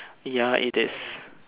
ya it is